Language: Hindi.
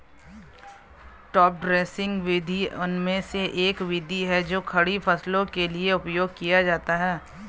टॉप ड्रेसिंग विधि उनमें से एक विधि है जो खड़ी फसलों के लिए उपयोग किया जाता है